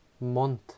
month